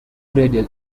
radial